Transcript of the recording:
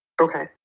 Okay